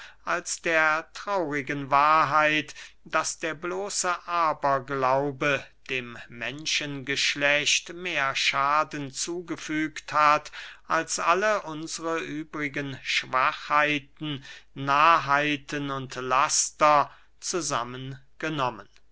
als der traurigen wahrheit daß der bloße aberglaube dem menschengeschlecht mehr schaden zugefügt hat als alle unsre übrigen schwachheiten narrheiten und laster